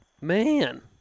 man